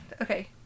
Okay